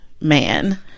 man